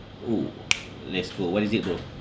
oo let's go what is it bro